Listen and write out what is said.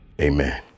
Amen